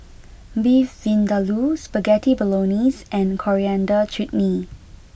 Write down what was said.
Beef Vindaloo Spaghetti Bolognese and Coriander Chutney